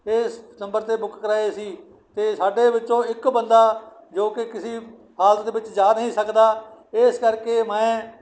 ਇਸ ਨੰਬਰ 'ਤੇ ਬੁੱਕ ਕਰਵਾਏ ਸੀ ਅਤੇ ਸਾਡੇ ਵਿੱਚੋਂ ਇੱਕ ਬੰਦਾ ਜੋ ਕਿ ਕਿਸੇ ਹਾਲਤ ਦੇ ਵਿੱਚ ਜਾ ਨਹੀਂ ਸਕਦਾ ਇਸ ਕਰਕੇ ਮੈਂ